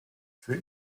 für